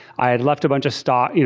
i had left a bunch of stock, you know